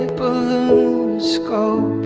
balloons go